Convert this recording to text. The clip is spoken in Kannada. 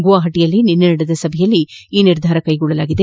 ಗುವಾಪಟಿಯಲ್ಲಿ ನಿನ್ನೆ ನಡೆದ ಸಭೆಯಲ್ಲಿ ಈ ನಿರ್ಧಾರ ಕೈಗೊಳ್ಳಲಾಗಿದೆ